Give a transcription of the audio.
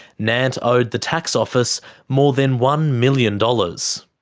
nant owed the tax office more than one million dollars